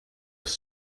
have